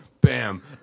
Bam